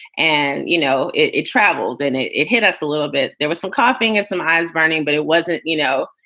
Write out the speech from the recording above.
and, you know, it it travels and it it hit us a little bit. there was some coughing and some eyes burning, but it wasn't you know,